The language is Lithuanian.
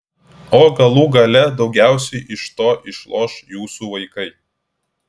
o galų gale daugiausiai iš to išloš jūsų vaikai